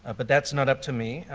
ah but that's not up to me,